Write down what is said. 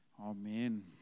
Amen